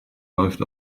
läuft